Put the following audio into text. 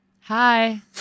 Hi